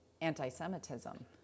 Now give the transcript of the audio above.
anti-Semitism